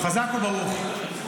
חזק וברוך.